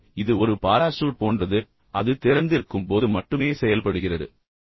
எனவே இது ஒரு பாராசூட் போன்றது அது திறந்திருக்கும் போது மட்டுமே செயல்படுகிறது